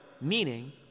meaning